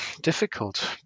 difficult